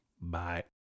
Bye